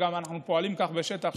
ואנחנו גם פועלים כך בשטח,